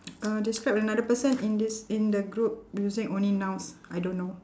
uh describe another person in this in the group using only nouns I don't know